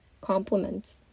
compliments